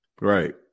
right